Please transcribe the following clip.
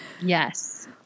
yes